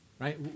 right